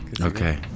okay